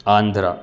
Andhra